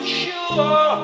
sure